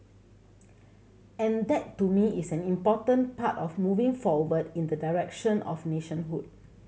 and that to me is an important part of moving forward in the direction of nationhood